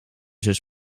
zus